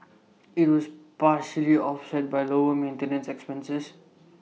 IT was partially offset by lower maintenance expenses